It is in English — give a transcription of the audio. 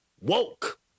woke